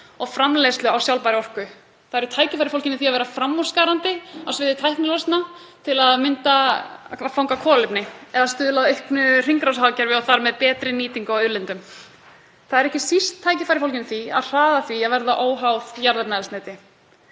og framleiðslu á sjálfbærri orku. Tækifæri eru fólgin í því að vera framúrskarandi á sviði tæknilausna, til að mynda að fanga kolefni eða stuðla að auknu hringrásarhagkerfi og þar með betri nýtingu á auðlindum. Það eru ekki síst tækifæri fólgin í því að hraða því að verða óháð jarðefnaeldsneyti.